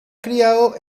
criado